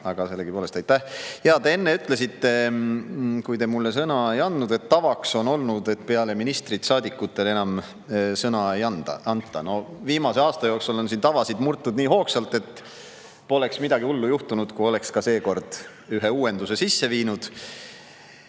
aga sellegipoolest aitäh! Te enne ütlesite, kui te mulle sõna ei andnud, et tavaks on olnud, et peale ministrit saadikutele enam sõna ei anta. No viimase aasta jooksul on siin tavasid murtud nii hoogsalt, et poleks midagi hullu juhtunud, kui oleks ka seekord ühe uuenduse sisse viinud.